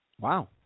Wow